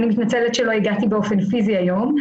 אני מתנצלת שלא הגעתי באופן פיזי היום.